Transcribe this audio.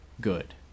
good